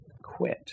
quit